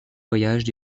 voyages